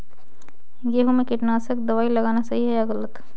गेहूँ में कीटनाशक दबाई लगाना सही है या गलत?